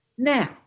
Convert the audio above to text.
Now